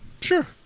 Sure